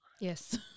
Yes